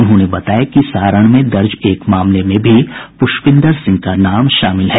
उन्होंने बताया कि सारण में दर्ज एक मामले में भी प्रष्पिंदर सिंह का नाम शामिल है